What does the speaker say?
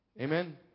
Amen